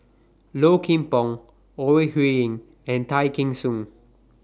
Low Kim Pong Ore Huiying and Tay Kheng Soon